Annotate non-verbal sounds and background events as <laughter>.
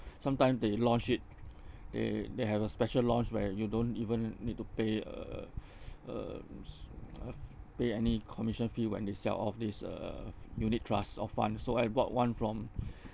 sometimes they launch it <noise> <breath> they they have a special launch where you don't even need to pay uh <breath> uh <noise> pay any commission fee when they sell off this uh <noise> unit trusts or funds so I bought one from <breath>